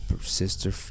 sister